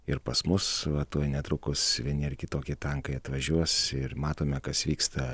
ir pas mus va tuoj netrukus vieni ar kitokie tankai atvažiuos ir matome kas vyksta